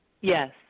Yes